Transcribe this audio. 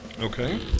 Okay